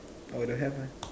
oh don't have lah